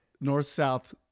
north-south